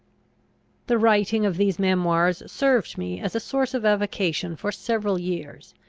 the writing of these memoirs served me as a source of avocation for several years.